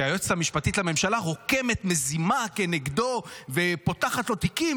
רוקמת מזימה נגדו ופותחת לו תיקים.